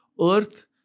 Earth